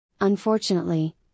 Unfortunately